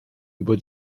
über